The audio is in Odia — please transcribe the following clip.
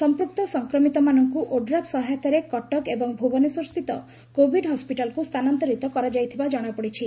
ସମ୍ପୃକ୍ତ ସଂକ୍ରମିତମାନଙ୍କୁ ଓଡ୍ରାଫ୍ ସହାୟତାରେ କଟକ ଏବଂ ଭୁବନେଶ୍ୱର ସ୍ଥିତ କୋଭିଡ୍ ହସ୍କିଟାଲ୍କୁ ସ୍ଥାନାନ୍ତରିତ କରାଯାଇଥିବା କଣାପଡ଼ିଛି